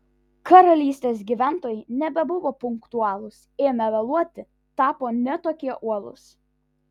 karalystės gyventojai nebebuvo punktualūs ėmė vėluoti tapo ne tokie uolūs